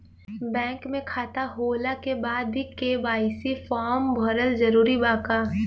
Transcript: Bank में खाता होला के बाद भी के.वाइ.सी फार्म भरल जरूरी बा का?